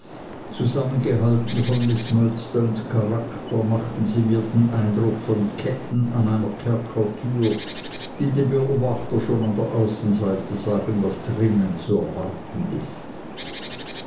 zusammengehalten mit miß murdstones charakter machten sie mir den eindruck von ketten an einer kerkertür die dem beobachter schon an der außenseite sagen was drinnen zu erwarten ist